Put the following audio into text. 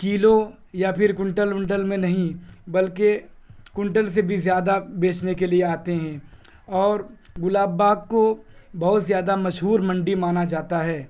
کلو یا پھر کنٹل ونٹل میں نہیں بلکہ کنٹل سے بھی زیادہ بیچنے کے لیے آتے ہیں اور گلاب باغ کو بہت زیادہ مشہور منڈی مانا جاتا ہے